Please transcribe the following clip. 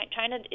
China